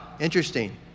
Interesting